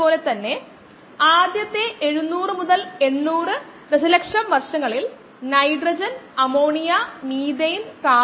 അതിനാൽ ഇത് സാധാരണയായി 8000 ലിറ്റർ 10000 ലിറ്റർ 12000 ലിറ്റർ അല്ലെങ്കിൽ 16000 ലിറ്റർ ആണ്